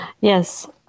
Yes